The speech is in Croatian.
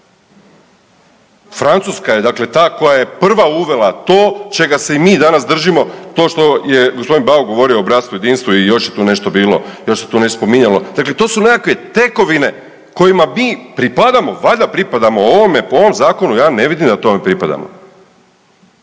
Francuska je dakle ta koja je prva uvela to čega se i mi danas držimo, to što je g. Bauk govorio o bratstvu i jedinstvu i još je tu nešto bilo, još se tu nešto spominjalo, dakle to su nekakve tekovine kojima mi pripadamo, valjda pripadamo ovome, po ovom zakonu ja ne vidim da tome pripadamo.